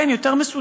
כן, יותר מסודר,